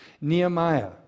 Nehemiah